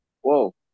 Whoa